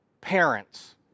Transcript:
Parents